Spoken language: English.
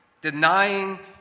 denying